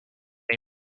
they